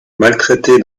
maltraité